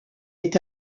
est